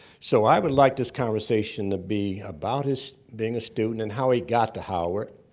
so i would like this conversation to be about his being a student and how he got to howard.